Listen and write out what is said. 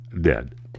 dead